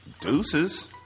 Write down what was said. Deuces